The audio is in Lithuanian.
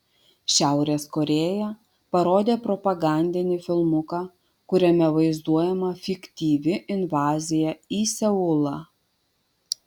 šiaurės korėja parodė propagandinį filmuką kuriame vaizduojama fiktyvi invazija į seulą